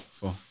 four